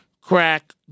crack